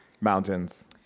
Mountains